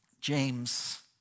James